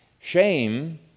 Shame